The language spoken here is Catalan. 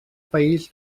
país